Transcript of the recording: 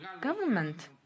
government